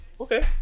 Okay